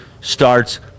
starts